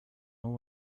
know